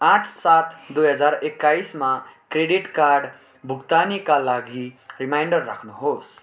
आठ सात दुई हजार एक्काइसमा क्रेडिट कार्ड भुक्तानीका लागि रिमाइन्डर राख्नुहोस्